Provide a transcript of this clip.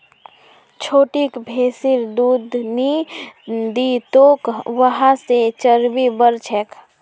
छोटिक भैंसिर दूध नी दी तोक वहा से चर्बी बढ़ छेक